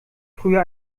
früher